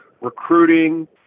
recruiting